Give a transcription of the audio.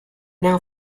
now